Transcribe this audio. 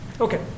Okay